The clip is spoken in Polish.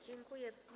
Dziękuję.